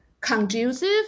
conducive